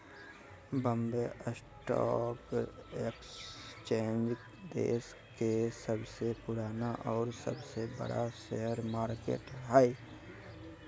Bombay stock exchange देश के सबसे पुराना और सबसे बड़ा शेयर मार्केट हइ